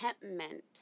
contentment